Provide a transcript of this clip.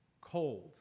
cold